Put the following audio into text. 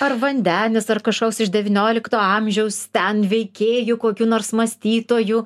ar vandenis ar kažkoks iš devyniolikto amžiaus ten veikėjų kokių nors mąstytojų